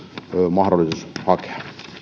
mahdollisuus hakea